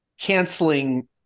canceling